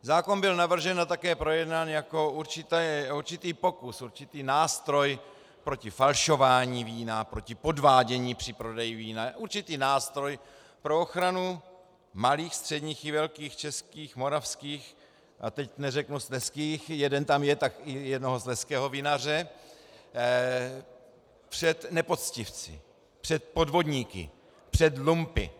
Zákon byl navržen a také projednán jako určitý pokus, nástroj proti falšování vína, proti podvádění při prodeji vína, jako určitý nástroj pro ochranu malých, středních i velkých českých, moravských a teď neřeknu slezských jeden tam je, tak jednoho slezského vinaře před nepoctivci, před podvodníky, před lumpy.